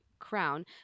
Crown